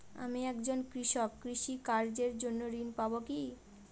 আমি একজন কৃষক কৃষি কার্যের জন্য ঋণ পাব কি?